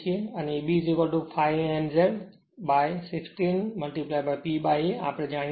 અને Eb ∅ Z n by 60 P by A પણ જાણીએ છીએ